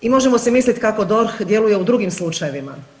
I možemo si mislit kako DORH djeluje u drugim slučajevima.